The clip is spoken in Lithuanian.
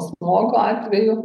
smogo atveju